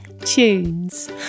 Tunes